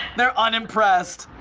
they're unimpressed.